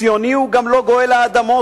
ציוני הוא גם לא גואל האדמות,